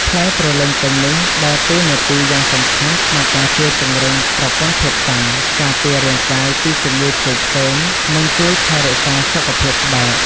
ផ្លែទ្រលឹងទឹងនេះ ដើរតួនាទីយ៉ាងសំខាន់ក្នុងការជួយពង្រឹងប្រព័ន្ធភាពស៊ាំ ការពាររាងកាយពីជំងឺផ្សេងៗ និងជួយថែរក្សាសុខភាពស្បែក។